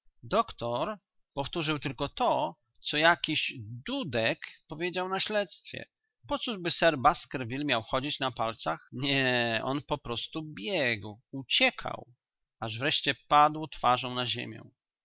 doktor powtórzył tylko to co jakiś dudek powiedział na śledztwie pocóżby sir baskerville miał chodzić na palcach nie on poprostu biegł uciekał aż wreszcie padł twarzą na ziemię